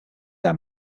are